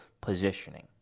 positioning